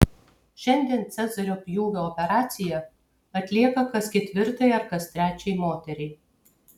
šiandien cezario pjūvio operacija atlieka kas ketvirtai ar kas trečiai moteriai